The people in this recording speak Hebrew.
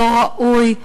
לא ראוי,